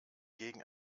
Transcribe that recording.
gegen